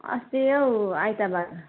अस्ती हौ आइतबार